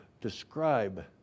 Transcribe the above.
describe